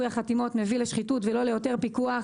החתימות מביא לשחיתות ולא ליותר פיקוח.